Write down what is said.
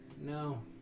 No